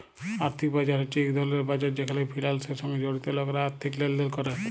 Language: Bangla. আর্থিক বাজার হছে ইক ধরলের বাজার যেখালে ফিলালসের সঙ্গে জড়িত লকরা আথ্থিক লেলদেল ক্যরে